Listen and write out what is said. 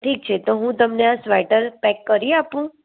ઠીક છે તો હું તમને આ સ્વેટર પેક કરી આપું